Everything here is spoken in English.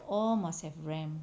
all must have ram